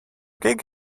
gig